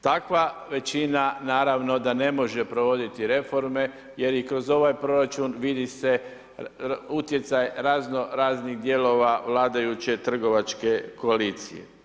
Takva većina, naravno da ne može provoditi reforme jer i kroz ovaj proračun vidi se utjecaj razno raznih dijelova vladajuće trgovačke koalicije.